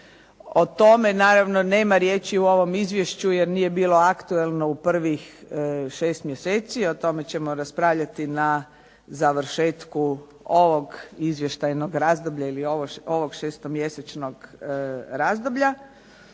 O tome naravno nema riječi u ovom izvješću jer nije bio aktualno u prvih šest mjeseci. O tome ćemo raspravljati na završetku ovog izvještajnog razdoblja ili ovog šestomjesečnog razdoblja.